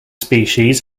species